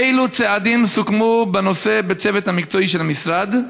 1. אילו צעדים סוכמו בנושא בצוות המקצועי של המשרד?